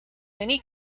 many